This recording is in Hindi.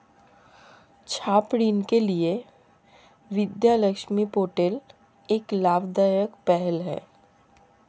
छात्र ऋण के लिए विद्या लक्ष्मी पोर्टल एक लाभदायक पहल है